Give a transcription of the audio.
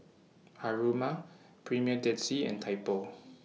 Haruma Premier Dead Sea and Typo